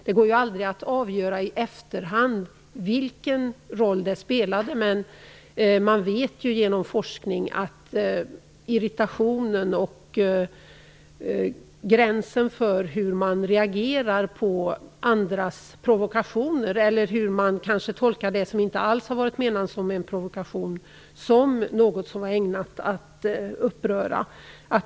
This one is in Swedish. Det går ju aldrig att i efterhand avgöra vilken roll alkoholen spelat. Men forskningen visar att irritationen och reaktionerna på andras provokationer ökar - man kanske tolkar det som inte alls har varit menat som en provokation som något som är ägnat att uppröra.